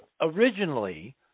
originally